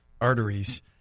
arteries